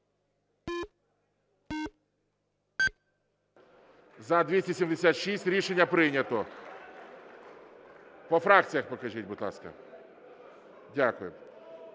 За-276 Рішення прийнято. По фракціях покажіть, будь ласка. Дякую.